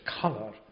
color